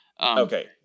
okay